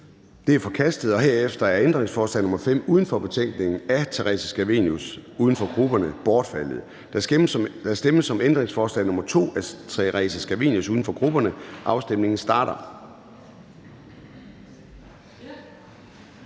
er forkastet. Herefter er ændringsforslag nr. 5 uden for betænkningen af Theresa Scavenius (UFG) bortfaldet. Der stemmes om ændringsforslag nr. 2 af Theresa Scavenius (UFG), og afstemningen starter.